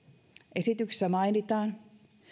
esityksessä mainitaan